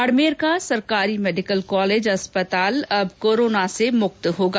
बाड़मेर का सरकारी medical college अस्पताल अब कोरोना से मुक्त होगा